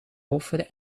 offer